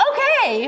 Okay